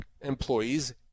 employees